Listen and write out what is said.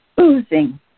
Oozing